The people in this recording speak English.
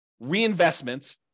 reinvestment